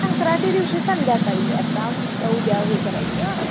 संक्रात दिवशी संध्याकाळी आता उद्या हे करायचं